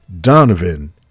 Donovan